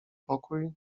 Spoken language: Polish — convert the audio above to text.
pokój